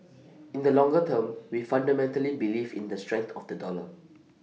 in the longer term we fundamentally believe in the strength of the dollar